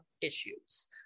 issues